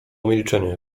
milczenie